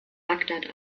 bagdad